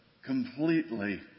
Completely